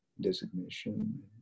designation